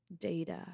data